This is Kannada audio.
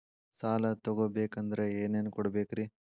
ಸಾಲ ತೊಗೋಬೇಕಂದ್ರ ಏನೇನ್ ಕೊಡಬೇಕ್ರಿ?